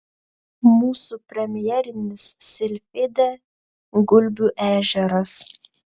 mūsų premjerinis silfidė gulbių ežeras